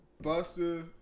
Buster